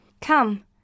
Come